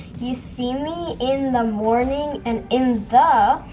you see me in the morning and in the.